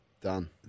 done